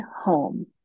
home